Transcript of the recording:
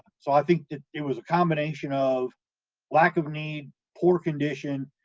so i think it it was a combination of lack of need, poor condition,